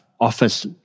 office